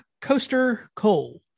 Coaster-Cole